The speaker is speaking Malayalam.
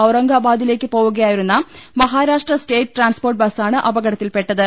ഔറംഗാബാദിലേക്ക് പോവുകയായിരുന്ന മഹാരാഷ്ട്ര സ്റ്റേറ്റ് ട്രാൻസ്പോർട്ട് ബസ്സാണ് അപകടത്തിൽപ്പെട്ടത്